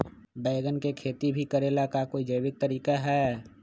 बैंगन के खेती भी करे ला का कोई जैविक तरीका है?